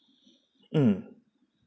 mm